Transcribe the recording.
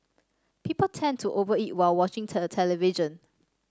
people tend to over eat while watching the television